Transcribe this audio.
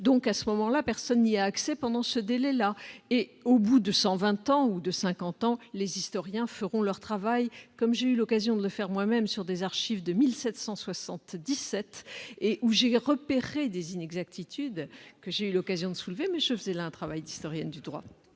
donc à ce moment-là, personne n'y a accès pendant ce délai-là et au bout de 120 ans ou de 50 ans, les historiens feront leur travail comme j'ai eu l'occasion de le faire moi-même sur des archives 2777 et où j'ai eu repérer des inexactitudes que j'ai eu l'occasion de soulever, mais je faisais un travail d'historien du droit,